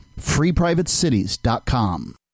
FreePrivateCities.com